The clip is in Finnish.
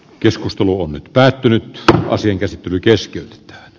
keskustelu on päättynyt kaasujen käsittely keskeytetään